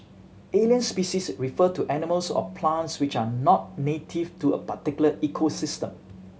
alien species refer to animals or plants which are not native to a particular ecosystem